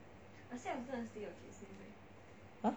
!huh!